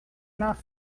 enough